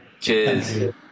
Cheers